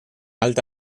alta